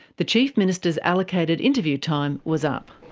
the chief minister's allocated interview time was up.